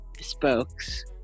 Spokes